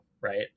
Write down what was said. right